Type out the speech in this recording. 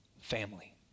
family